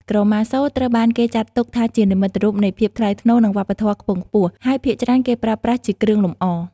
ក្រមាសូត្រត្រូវបានគេចាត់ទុកថាជានិមិត្តរូបនៃភាពថ្លៃថ្នូរ និងវប្បធម៌ខ្ពង់ខ្ពស់ ហើយភាគច្រើនគេប្រើប្រាស់ជាគ្រឿងលម្អ។